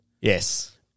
Yes